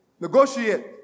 negotiate